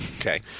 okay